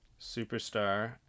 superstar